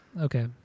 Okay